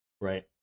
right